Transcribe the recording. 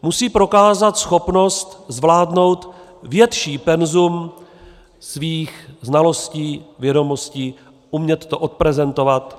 Musí prokázat schopnost zvládnout větší penzum svých znalostí, vědomostí, umět to odprezentovat.